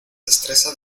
destreza